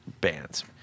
bands